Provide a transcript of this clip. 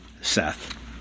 Seth